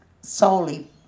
solely